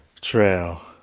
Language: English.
trail